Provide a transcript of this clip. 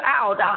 out